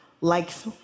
likes